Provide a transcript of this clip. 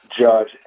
judge